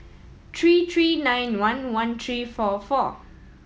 three three nine one one three four four